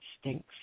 stinks